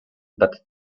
but